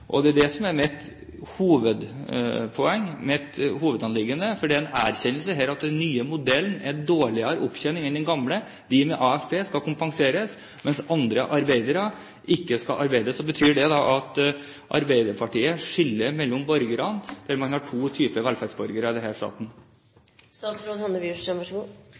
det. Det er det som er mitt hovedanliggende, for det er en erkjennelse her av at den nye modellen gir dårligere opptjening enn den gamle. De med AFP skal kompenseres, mens andre arbeidere ikke skal det. Så betyr det at Arbeiderpartiet skiller mellom borgerne, og at man har to typer velferdsborgere i denne staten? Her